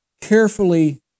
carefully